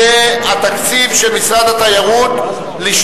משרד התיירות (תוכניות לקידום התיירות בעיר נצרת),